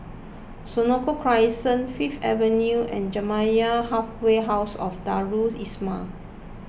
Senoko Crescent Fifth Avenue and Jamiyah Halfway House Darul Islah